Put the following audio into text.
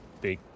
big